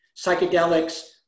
psychedelics